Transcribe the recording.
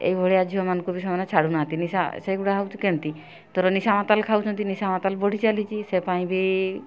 ଏଇ ଭଳିଆ ଝିଅମାନଙ୍କୁ ବି ସେମାନେ ଛାଡ଼ୁ ନାହାଁନ୍ତି ନିଶା ସେଇଗୁଡ଼ା ହେଉଛି କେମିତି ଧର ନିଶା ମାତାଲ ଖାଉଛନ୍ତି ନିଶା ମାତାଲ ବଢ଼ି ଚାଲିଛି ସେ ପାଇଁ ବି